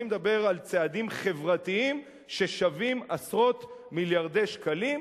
אני מדבר על צעדים חברתיים ששווים עשרות מיליארדי שקלים,